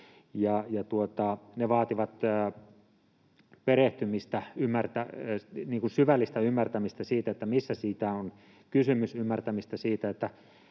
Ne vaativat perehtymistä, sen syvällistä ymmärtämistä, mistä siinä on kysymys, sen ymmärtämistä, miten